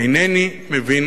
אינני מבין